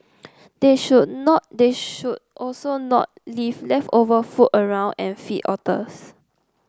they should not they should also not leave leftover food around and feed otters